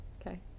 okay